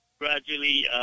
gradually